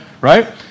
Right